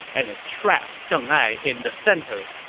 and it trapped deng ai in the center.